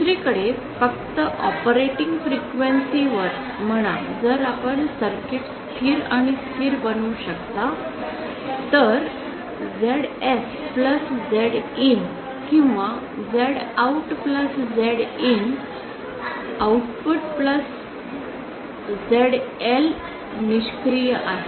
दुसरीकडे फक्त ऑपरेटिंग फ्रिक्वेन्सीवर म्हणा जर आपण सर्किट स्थिर आणि स्थिर बनवू शकता तर झेडएस प्लस झेड इन किंवा Z out plus Z in Z out plus ZL निष्क्रिय आहे